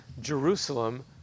Jerusalem